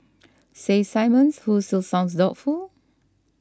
says Simmons who still sounds doubtful